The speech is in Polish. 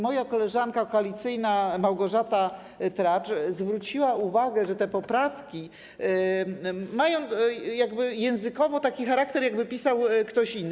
Moja koleżanka koalicyjna Małgorzata Tracz zwróciła uwagę, że te poprawki mają językowo taki charakter, jakby pisał je ktoś inny.